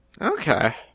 Okay